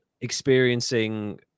experiencing